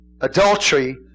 adultery